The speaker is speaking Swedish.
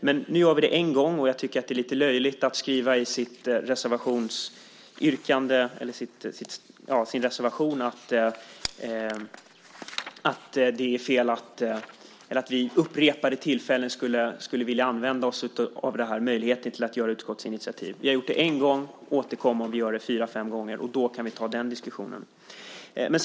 Men nu gör vi det en gång, och jag tycker att det är lite löjligt att skriva i sin reservation att vi vid upprepade tillfällen skulle vilja använda oss av möjligheten till utskottsinitiativ. Det är fel. Vi har gjort det en gång. Återkom om vi gör det fyra fem gånger! Då kan vi ta den diskussionen.